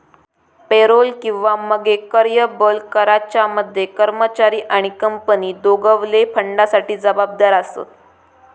payroll किंवा मगे कर्यबल कराच्या मध्ये कर्मचारी आणि कंपनी दोघवले फंडासाठी जबाबदार आसत